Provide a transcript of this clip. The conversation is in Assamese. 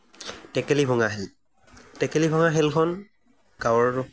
টেকেলি ভঙা খেল টেকেলি ভঙা খেলখন গাঁৱৰ